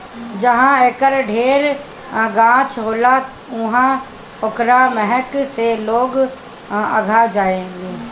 जहाँ एकर ढेर गाछ होला उहाँ ओकरा महक से लोग अघा जालें